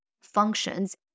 functions